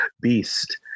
beast